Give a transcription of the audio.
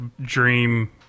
dream